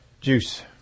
juice